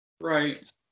Right